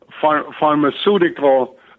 pharmaceutical